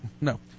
no